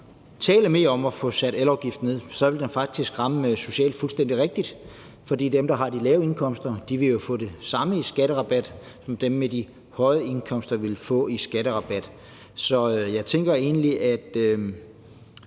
vi kunne tale mere om at få sat elafgiften ned, vil det faktisk ramme socialt fuldstændig rigtigt. For dem, der har de lave indkomster, vil jo få det samme i skatterabat som det, dem med de høje indkomster vil få i skatterabat.